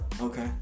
Okay